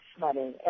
money